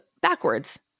backwards